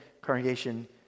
congregation